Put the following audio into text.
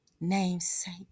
namesake